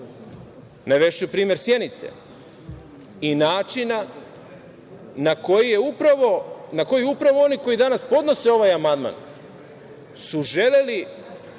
Navešću primer Sjenice i načina na koji upravo oni koji danas podnose ovaj amandman su želeli